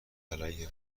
علیه